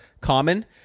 common